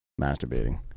masturbating